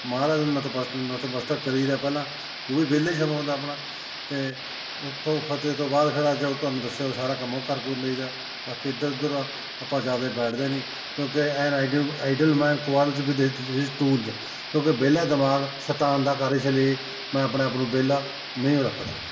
ਮਹਾਰਾਜ ਨੂੰ ਨਤਪਸ ਨਤਮਸਤਕ ਕਰੀਦਾ ਪਹਿਲਾਂ ਉਹ ਵੀ ਵਿਹਲਾ ਹੀ ਸਮਾਂ ਹੁੰਦਾ ਆਪਣਾ ਅਤੇ ਉੱਥੋਂ ਫਤਿਹ ਤੋਂ ਬਾਅਦ ਫੇਰ ਅੱਜ ਜੋ ਤੁਹਾਨੂੰ ਦੱਸਿਆ ਉਹ ਸਾਰਾ ਕੰਮ ਕਰ ਕੁਰ ਲਈਦਾ ਬਾਕੀ ਇੱਧਰ ਉੱਧਰ ਆਪਾਂ ਜ਼ਿਆਦਾ ਬੈਠਦੇ ਨਹੀਂ ਕਿਉਕਿ an idle idle man quarrels with his his tools ਕਿਉਂਕਿ ਵਿਹਲਾ ਦਿਮਾਗ ਸ਼ੈਤਾਨ ਦਾ ਘਰ ਇਸ ਲਈ ਮੈਂ ਆਪਣੇ ਆਪ ਨੂੰ ਵਿਹਲਾ ਨਹੀਂਓ ਰੱਖਦਾ